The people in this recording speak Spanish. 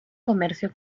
comercio